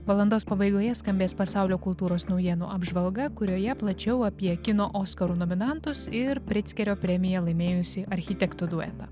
valandos pabaigoje skambės pasaulio kultūros naujienų apžvalga kurioje plačiau apie kino oskarų nominantus ir prickerio premiją laimėjusį architektų duetą